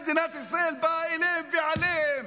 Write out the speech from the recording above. מדינת ישראל באה אליהם ועליהם.